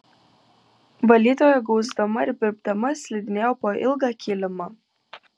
valytoja gausdama ir birbdama slidinėjo po ilgą kilimą